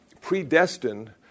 predestined